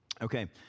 Okay